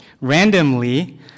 Randomly